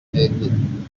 n’ebyiri